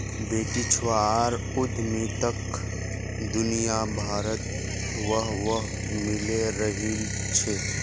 बेटीछुआर उद्यमिताक दुनियाभरत वाह वाह मिले रहिल छे